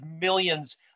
millions